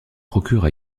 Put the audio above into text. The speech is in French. procure